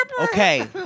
Okay